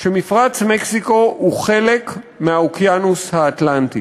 שמפרץ מקסיקו הוא חלק מהאוקיינוס האטלנטי,